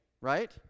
right